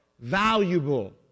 valuable